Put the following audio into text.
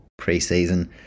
preseason